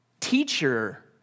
teacher